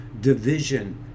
division